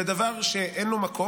זה דבר שאין לו מקום.